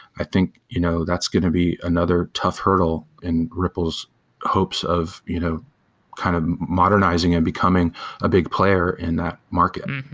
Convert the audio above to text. i think you know that's going to be another tough hurdle in ripple's hopes of you know kind of modernizing and becoming a big player in that market.